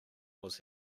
was